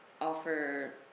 offer